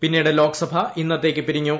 പിന്നീട് ്ലോകസഭ ഇന്നത്തേക്ക് പിരിഞ്ഞു